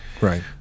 Right